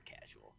casual